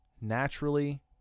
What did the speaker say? naturally